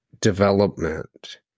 development